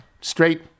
Straight